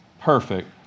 perfect